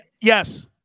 Yes